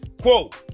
Quote